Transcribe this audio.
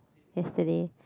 yesterday